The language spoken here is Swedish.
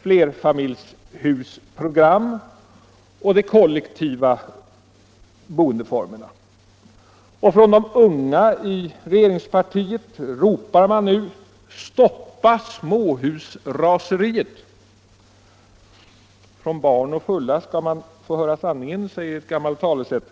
flerfamiljshusprogram och åt de kollektiva boendeformerna. Och från de unga i regeringspartiet ropar man nu: Stoppa småhusraseriet! Ja, från barn och fulla skall man höra sanningen, säger ett gammalt talesätt.